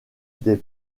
des